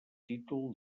títol